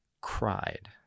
cried